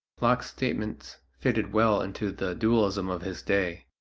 locke's statements fitted well into the dualism of his day.